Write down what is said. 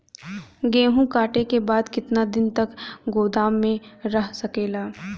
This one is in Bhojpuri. गेहूँ कांटे के बाद कितना दिन तक गोदाम में रह सकेला?